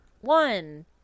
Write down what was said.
one